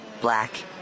Black